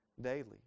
daily